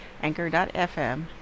anchor.fm